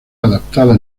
adoptada